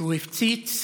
שהוא הפציץ,